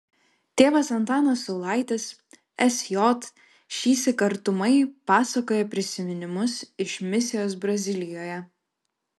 tėvas antanas saulaitis sj šįsyk artumai pasakoja prisiminimus iš misijos brazilijoje